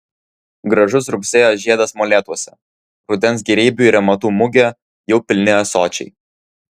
gražus rugsėjo žiedas molėtuose rudens gėrybių ir amatų mugė jau pilni ąsočiai